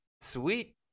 sweet